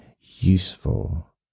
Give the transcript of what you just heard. useful